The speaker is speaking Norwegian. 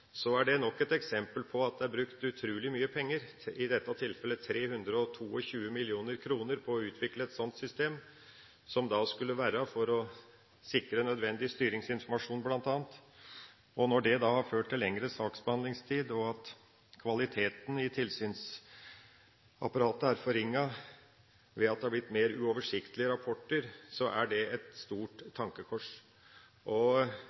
er det nok et eksempel på at det er brukt utrolig mye penger – i dette tilfellet 322 mill. kr – på å utvikle et slikt system som var ment å skulle sikre bl.a. nødvendig styringsinformasjon. Når det har ført til lengre saksbehandlingstid, og kvaliteten i tilsynsapparatet er forringet ved at det har blitt mer uoversiktlige rapporter, er det et stort